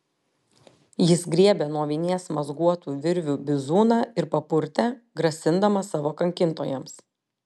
jis griebė nuo vinies mazguotų virvių bizūną ir papurtė grasindamas savo kankintojams